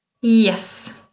Yes